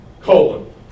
Colon